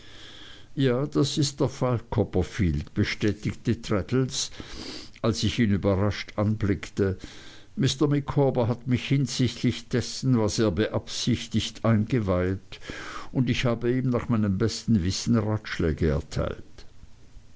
ja das ist der fall copperfield bestätigte traddles als ich ihn überrascht anblickte mr micawber hat mich hinsichtlich dessen was er beabsichtigt eingeweiht und ich habe ihm nach meinem besten wissen ratschläge erteilt